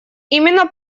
именно